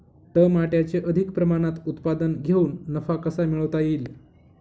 टमाट्याचे अधिक प्रमाणात उत्पादन घेऊन नफा कसा मिळवता येईल?